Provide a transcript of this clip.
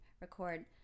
record